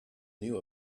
knew